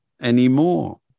anymore